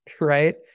right